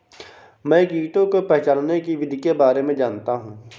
मैं कीटों को पहचानने की विधि के बारे में जनता हूँ